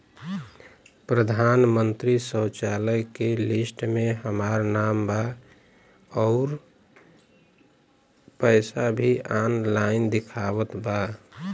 प्रधानमंत्री शौचालय के लिस्ट में हमार नाम बा अउर पैसा भी ऑनलाइन दिखावत बा